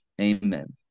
Amen